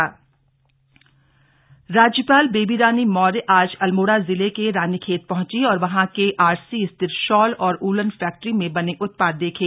राज्यपाल दौरा राज्यपाल बेबी रानी मौर्य आज अल्मोड़ा जिले के रानीखेत पहुँची और वहां केआरसी स्थित शॉल और ऊलन फैक्ट्री में बने उत्पाद देखे